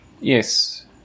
yes